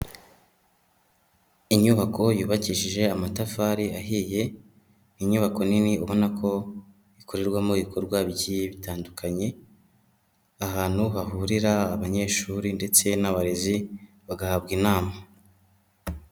Inyubako yubakishije amatafari ahiye, inyubako nini ubona ko ikorerwamo ibikorwa bigiye bitandukanye, ahantu hahurira abanyeshuri ndetse n'abarezi bagahabwa inama.